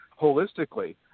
holistically